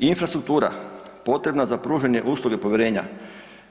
Infrastruktura potrebna za pružanje usluga povjerenja